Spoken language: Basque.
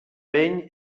behin